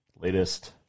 latest